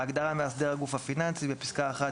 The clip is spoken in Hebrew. בהגדרה "מאסדר הגוף הפיננסי" - בפסקה (1),